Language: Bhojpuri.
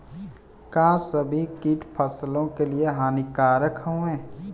का सभी कीट फसलों के लिए हानिकारक हवें?